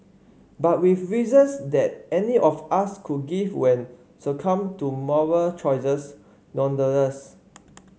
but with reasons that any of us could give when succumbed to moral choices nonetheless